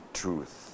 truth